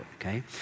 okay